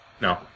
No